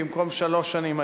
במקום שלוש שנים היום,